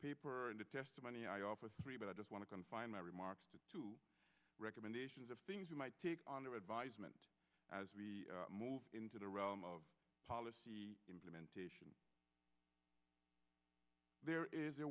paper and the testimony i offer three but i just want to confine my remarks to two recommendations of things you might take on the advisement as we move into the realm of policy implementation there is a